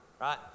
Right